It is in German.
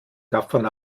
gaffern